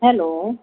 hello